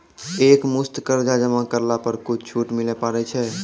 एक मुस्त कर्जा जमा करला पर कुछ छुट मिले पारे छै?